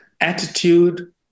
attitude